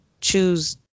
choose